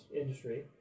industry